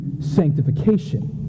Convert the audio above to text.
sanctification